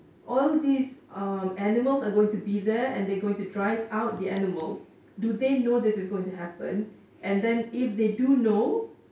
all these uh animals are going to be there and they going to drive out the animals do they know this is going to happen and then if they do know